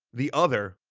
the other,